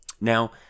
Now